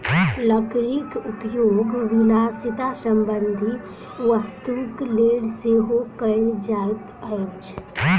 लकड़ीक उपयोग विलासिता संबंधी वस्तुक लेल सेहो कयल जाइत अछि